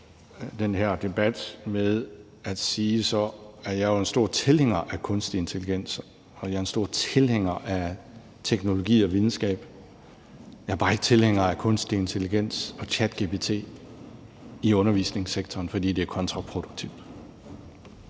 den her debat med at sige, er jeg jo en stor tilhænger af kunstig intelligens, og jeg er en stor tilhænger af teknologi og videnskab. Jeg er bare ikke tilhænger af kunstig intelligens og ChatGPT i undervisningssektoren, fordi det er kontraproduktivt.